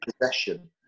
possession